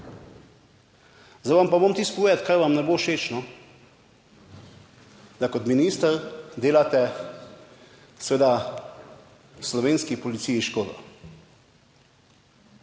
Zdaj vam pa bom tisto povedati, kaj vam ne bo všeč, no, da kot minister delate, seveda, slovenski policiji škodo.